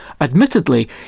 admittedly